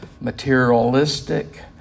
materialistic